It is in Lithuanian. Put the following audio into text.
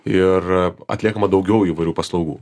ir atliekama daugiau įvairių paslaugų